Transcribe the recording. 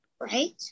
Right